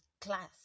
class